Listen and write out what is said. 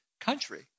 country